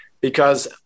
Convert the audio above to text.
because-